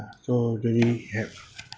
so really have